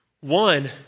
One